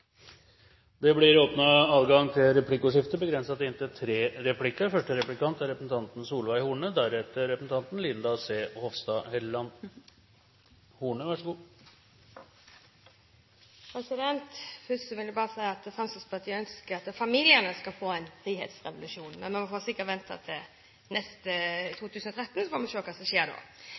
Det blir åpnet for replikkordskifte. Først vil jeg bare si at Fremskrittspartiet ønsker at familiene skal få en frihetsrevolusjon, men vi må sikkert vente til 2013, og så